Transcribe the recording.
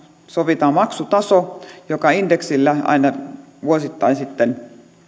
sovitaan maksutaso joka indeksillä aina vuosittain sitten